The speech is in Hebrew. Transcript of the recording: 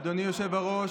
אדוני היושב-ראש,